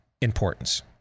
importance